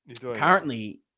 currently